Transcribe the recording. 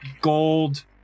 gold